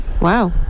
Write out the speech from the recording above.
Wow